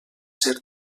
ser